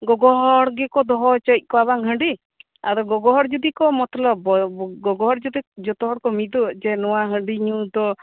ᱜᱚᱜᱚ ᱦᱚᱲ ᱜᱮᱠᱚ ᱫᱚᱦᱚ ᱦᱚᱪᱚᱭᱮᱫ ᱠᱚᱣᱟ ᱵᱟᱝ ᱦᱟᱺᱰᱤ ᱟᱫᱚ ᱜᱚᱜᱚ ᱦᱚᱲ ᱡᱩᱫᱤ ᱠᱚ ᱢᱚᱛᱞᱚᱵ ᱜᱚᱜᱚ ᱦᱚᱲ ᱡᱩᱫᱤ ᱡᱚᱛᱚ ᱠᱚ ᱢᱤᱫᱚᱜ ᱡᱮ ᱱᱚᱣᱟ ᱦᱟᱺᱰᱤ ᱧᱩ ᱫᱚ